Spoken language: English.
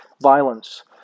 violence